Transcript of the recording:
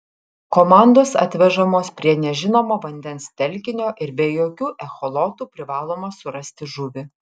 komandos atvežamos prie nežinomo vandens telkinio ir be jokių echolotų privaloma surasti žuvį